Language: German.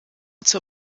zur